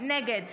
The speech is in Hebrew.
נגד